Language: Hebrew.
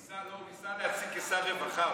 הוא ניסה, לא, הוא ניסה להשיב כשר רווחה.